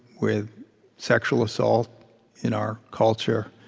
with sexual assault in our culture,